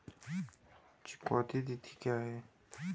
चुकौती तिथि क्या है?